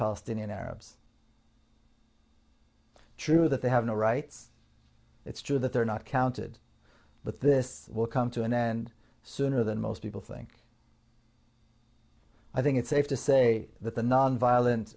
palestinian arabs true that they have no rights it's true that they're not counted but this will come to an end sooner than most people think i think it's safe to say that the nonviolen